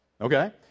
Okay